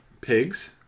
pigs